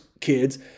kids